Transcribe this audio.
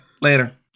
later